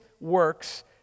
works